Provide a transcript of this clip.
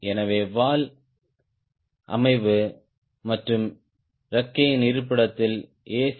எனவே வால் அமைவு மற்றும் இறக்கையின் இருப்பிடத்தின் a